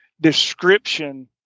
description